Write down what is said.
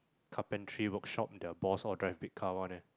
carpentry workshop their boss all drive big car one ah